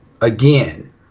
again